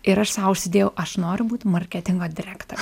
ir aš sau užsidėjau aš noriu būt marketingo direktorė